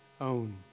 own